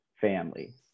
family